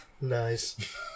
Nice